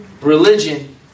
Religion